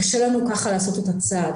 קשה לנו כך לעשות את הצעד.